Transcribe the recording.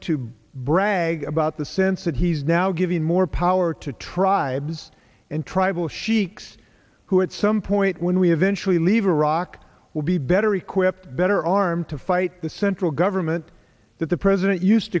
bragging about the sense that he's now giving more power to tribes and tribal sheikhs who had some point when we eventually leave iraq will be better equipped better armed to fight the center government that the president used